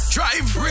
Drive